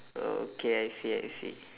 okay I see I see